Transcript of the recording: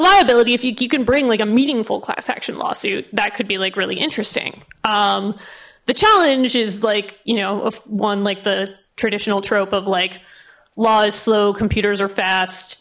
liability if you can bring like a meeting full class action lawsuit that could be like really interesting the challenge is like you know of one like the traditional trope of like laws slow computers are fast